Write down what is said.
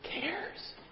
cares